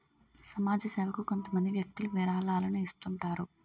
సమాజ సేవకు కొంతమంది వ్యక్తులు విరాళాలను ఇస్తుంటారు